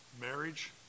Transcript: marriage